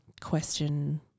question